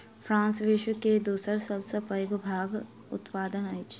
France विश्व के दोसर सभ सॅ पैघ भांगक उत्पादक अछि